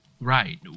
right